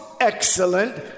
excellent